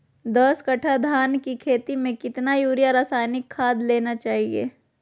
दस कट्टा धान की खेती में कितना यूरिया रासायनिक खाद देना चाहिए?